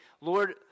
Lord